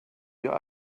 wir